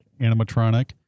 animatronic